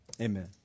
amen